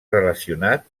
relacionat